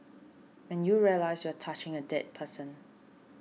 and you realise you are touching a dead person